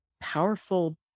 powerful